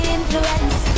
influence